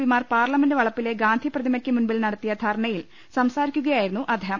പിമാർ പാർലമെന്റ് വളപ്പിലെ ഗാന്ധിപ്രതിമയ്ക്ക് മുന്നിൽ നടത്തിയ ധർണയിൽ സംസാരിക്കുകയായിരുന്നു അദ്ദേഹം